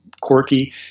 quirky